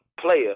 player